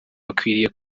bakwiriye